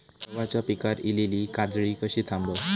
गव्हाच्या पिकार इलीली काजळी कशी थांबव?